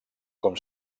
com